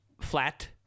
flat